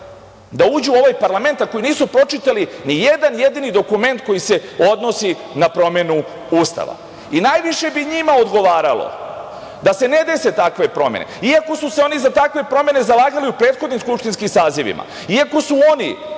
da uđu u ovaj parlament a koji nisu pročitali ni jedan jedini dokument koji se odnosi na promenu Ustava. Najviše bi njima odgovaralo da se ne dese takve promene, iako su se oni za takve promene zalagali u prethodnim skupštinskim sazivima, iako su oni